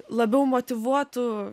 labiau motyvuotų